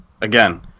again